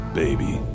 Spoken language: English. baby